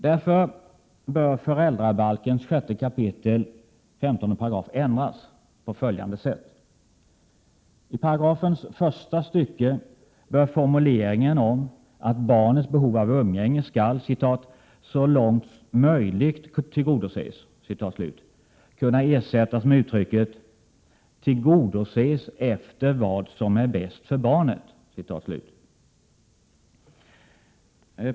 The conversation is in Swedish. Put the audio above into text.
Därför bör föräldrabalken 6 kap. 15 § ändras på följande sätt. I paragrafens första stycke bör formuleringen om att barnets behov av umgänge skall ”så långt som möjligt tillgodoses” kunna ersättas med uttrycket ”tillgodoses efter vad som är bäst för barnet”.